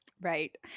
right